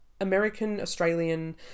American-Australian